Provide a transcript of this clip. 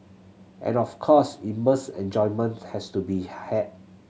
and of course immense enjoyment has to be had